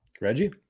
Reggie